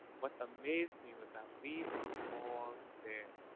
what amazed me was that we were all there.